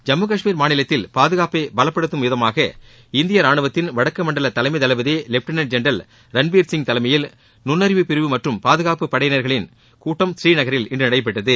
ஜம்மு காஷ்மீர் மாநிலத்தில் பாதுகாப்பை பலப்படுத்தும் விதமாக இந்திய ராணுவத்தின் வடக்கு மண்டல தலைமை தளபதி லெப்டினள்ட் ஜெனரல் ரன்பீர் சிங் தலைமையில் நுண்ணறிவு பிரிவு மற்றும் பாதுகாப்புப் படையினர்களின் கூட்டம் பூநீநகரில் இன்று நடைபெற்றது